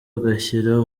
agashyira